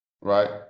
right